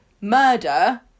murder